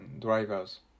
drivers